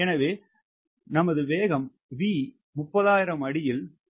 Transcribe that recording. எனவே V 30000 அடியில் 0